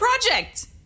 project